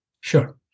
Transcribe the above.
Sure